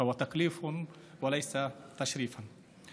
שהוא מינוי בפועל ולא תואר לשם כבוד.)